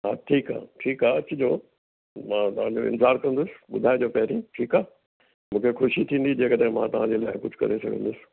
हा ठीकु आहे ठीकु आहे अचु जो मां तव्हां जो इंतिजारु कंदुसि ॿुधाए जो पहिरीं ठीकु आहे मूंखे ख़ुशी थींदी जेकॾहिं मां तव्हांजे लाइ कुझु करे सघंदुसि